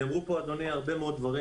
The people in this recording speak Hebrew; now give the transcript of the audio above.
נאמרו פה הרבה דברים,